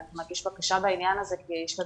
אנחנו נגיש בקשה בעניין הזה כי יש לנו